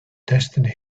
destiny